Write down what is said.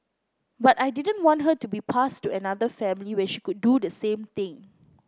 but I didn't want her to be passed to another family where she could do the same thing